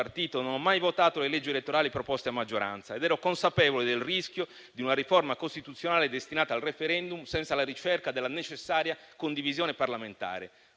non ho mai votato le leggi elettorali proposte a maggioranza ed ero consapevole del rischio di una riforma costituzionale destinata al *referendum* senza la ricerca della necessaria condivisione parlamentare.